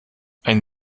einen